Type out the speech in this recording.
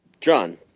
John